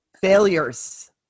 Failures